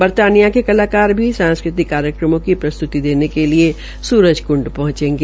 बरतानिया के कलाकार भी सांस्कृतिक कार्यक्रमों की प्रस्त्ति देने के लिए स्रजक्ंड पहंचेंगे